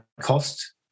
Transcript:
cost